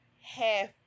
half